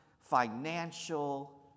financial